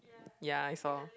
ya I saw